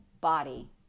body